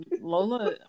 Lola